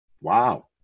Wow